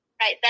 right